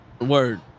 Word